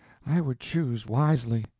i would choose wisely.